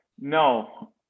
No